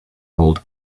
hold